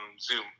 Zoom